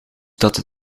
dat